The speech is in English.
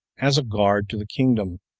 as a guard to the kingdom,